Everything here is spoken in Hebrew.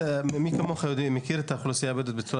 מי כמוך מכיר את האוכלוסייה הבדואית בצורה